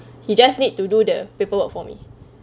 he just need to do the paperwork for me